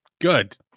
Good